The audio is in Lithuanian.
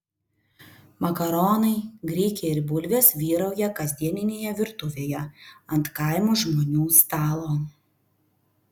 makaronai grikiai ir bulvės vyrauja kasdieninėje virtuvėje ant kaimo žmonių stalo